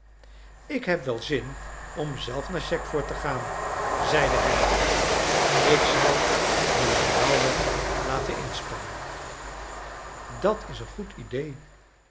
ik heb wel zin om zelf naar chegford te gaan zeide hij ik zal den landauer laten inspannen dat is een goed idée